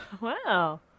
Wow